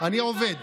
אני עובד.